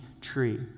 tree